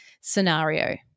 scenario